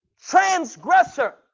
Transgressor